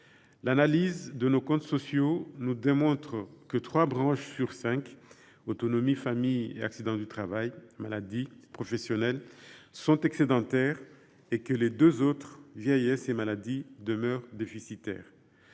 L’analyse de nos comptes sociaux démontre que trois branches sur cinq – autonomie, famille et accidents du travail maladies professionnelles – sont excédentaires et que les deux autres – vieillesse et maladie – demeurent déficitaires.